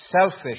selfish